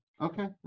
Okay